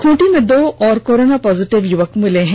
खूंटी में दो और कोरोना पोजिटिव युवक मिले हैं